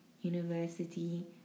university